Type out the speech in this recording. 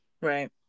Right